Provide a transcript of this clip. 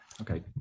Okay